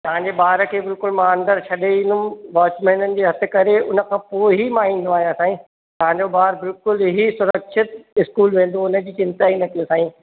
तव्हांजे ॿार खे बिल्कुल मां अंदरि छॾे ईंदुमि वॉचमैननि जे हथु करे हुन खां पोइ ई मां ईंदो आहियां साईं तव्हांजो ॿारु बिल्कुल ई सुरक्षित स्कूल वेंदो हुन जी चिंता ई न कयो साईं